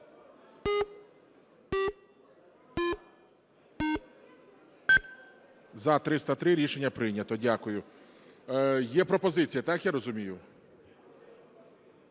За-303 Рішення прийнято. Дякую. Є пропозиція, так я розумію?